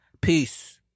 Peace